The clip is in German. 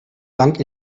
dank